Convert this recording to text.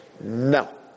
no